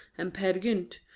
and peer gynt,